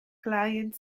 client